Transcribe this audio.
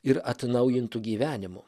ir atnaujintu gyvenimu